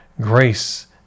grace